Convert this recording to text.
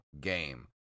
game